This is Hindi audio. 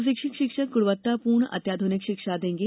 प्रशिक्षित शिक्षक गुणवत्तापूर्ण अत्याध्रनिक शिक्षा देंगे